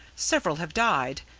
several have died.